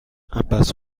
impasse